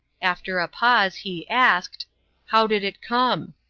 after a pause he asked how did it come?